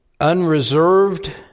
unreserved